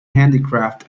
handicraft